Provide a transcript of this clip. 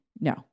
No